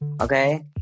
Okay